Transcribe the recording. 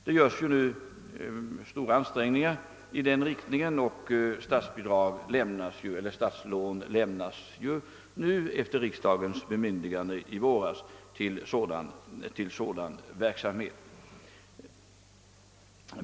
Det görs också stora ansträngningar i denna riktning, och efter riksdagens bemyndigande i våras lämnas numera statslån till sådan verksamhet.